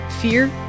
fear